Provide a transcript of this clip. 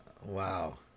Wow